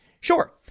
Sure